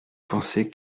penser